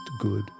good